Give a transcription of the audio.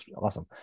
awesome